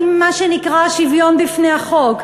עם מה שנקרא שוויון בפני החוק?